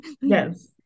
yes